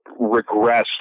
regressed